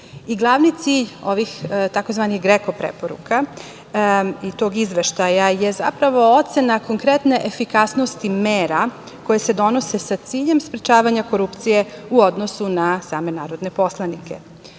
i glavni cilj ovih tzv. GREKO preporuka i tog izveštaja je zapravo ocena konkretne efikasnosti mera koje se donose sa ciljem sprečavanja korupcije u odnosu na same narodne poslanike.U